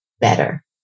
better